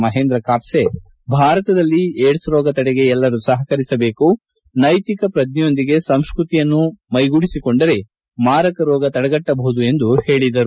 ಮಹೇಂದ್ರ ಕಾಪ್ಸೆ ಭಾರತದಲ್ಲಿ ಏಡ್ಸ್ ರೋಗ ತಡೆಗೆ ಎಲ್ಲರೂ ಸಹಕರಿಸಬೇಕು ನೈತಿಕ ಪ್ರಜ್ನೆಯೊಂದಿಗೆ ಸಂಸ್ಕೃತಿಯನ್ನೂ ಮೈಗೂಡಿಸಿಕೊಂಡರೆ ಮಾರಕ ರೋಗ ತಡೆಗಟ್ಟಬಹುದು ಎಂದು ಹೇಳಿದರು